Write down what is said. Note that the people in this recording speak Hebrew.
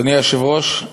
אדוני היושב-ראש,